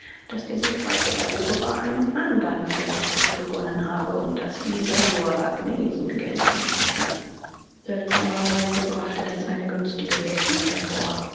daß der siegreiche eroberer einen andern feldzug begonnen habe und daß dieser nur agnesen gelten könne seltsamer weise brachte das eine günstige wirkung hervor